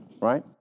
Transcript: right